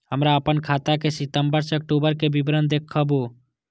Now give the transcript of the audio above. हमरा अपन खाता के सितम्बर से अक्टूबर के विवरण देखबु?